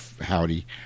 Howdy